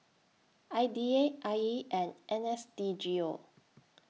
I D A I E and N S D G O